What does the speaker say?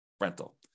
rental